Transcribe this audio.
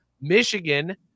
Michigan